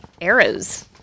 arrows